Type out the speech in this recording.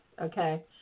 okay